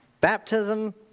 Baptism